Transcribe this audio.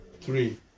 Three